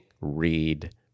read